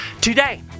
today